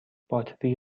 باتری